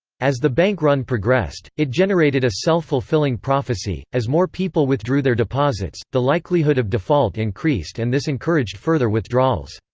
as the bank run progressed, it generated a self-fulfilling prophecy as more people withdrew their deposits, the likelihood of default increased and this encouraged further withdrawals.